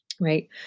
right